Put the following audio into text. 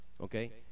Okay